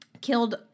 killed